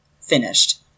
finished